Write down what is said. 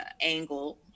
angle